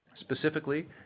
Specifically